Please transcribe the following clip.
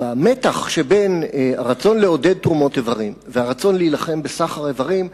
במתח שבין הרצון לעודד תרומות איברים לרצון להילחם בסחר האיברים,